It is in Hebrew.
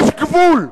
יש גבול.